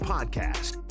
Podcast